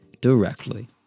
directly